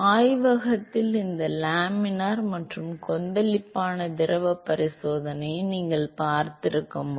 ஆய்வகத்தில் இந்த லேமினார் மற்றும் கொந்தளிப்பான திரவ பரிசோதனையை நீங்கள் பார்த்திருக்க வேண்டும்